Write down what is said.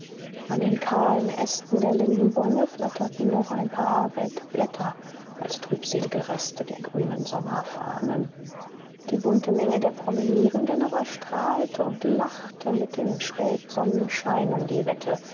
an den kahlen ästen der lindenbäume flatterten noch ein paar welke blätter als trübselige reste der grünen sommerfahnen die bunte menge der promenierenden aber strahlte und lachte mit dem spätsonnenschein um die wette